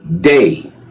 day